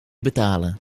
betalen